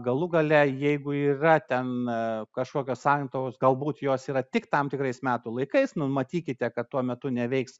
galų gale jeigu yra ten kažkokios sankirtos galbūt jos yra tik tam tikrais metų laikais numatykite kad tuo metu neveiks